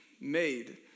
made